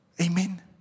Amen